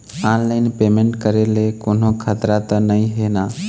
Online payment करे ले कोन्हो खतरा त नई हे न?